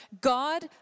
God